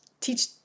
teach